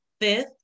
Fifth